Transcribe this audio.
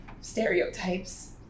stereotypes